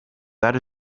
that